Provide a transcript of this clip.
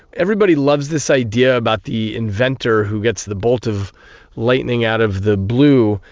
everybody loves this idea about the inventor who gets the bolt of lightning out of the blue,